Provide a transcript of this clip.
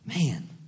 Man